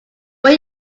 when